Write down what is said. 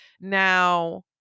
Now